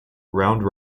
round